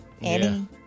Annie